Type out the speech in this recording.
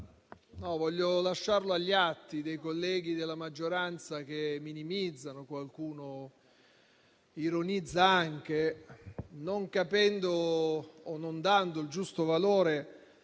Voglio lasciarlo agli atti per i colleghi della maggioranza che minimizzano, qualcuno ironizza anche, non capendo o non dando il giusto valore